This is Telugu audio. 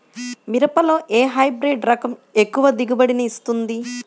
మిరపలో ఏ హైబ్రిడ్ రకం ఎక్కువ దిగుబడిని ఇస్తుంది?